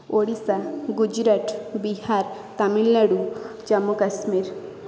Odisha Gujarat Bihar Tamil Nadu Jammu Kashmir